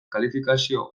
kalifikazio